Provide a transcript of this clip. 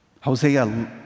Hosea